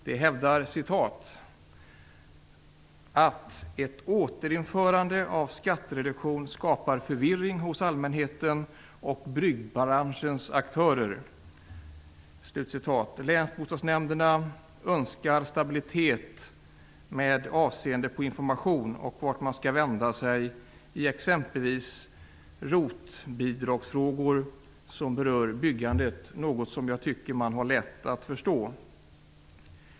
De hävdar att ett återinförande av skattereduktion skapar förvirring hos allmänheten och byggbranschens aktörer. Länsbostadsnämnderna önskar stabilitet med avseende på information och vart man skall vända sig i exempelvis ROT bidragsfrågor, som berör byggandet - något som jag tycker att man har lätt att förstå.